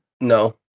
No